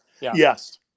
Yes